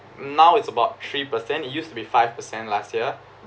now it's about three percent it used to be five percent last year